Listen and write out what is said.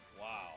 Wow